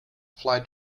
fly